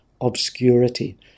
obscurity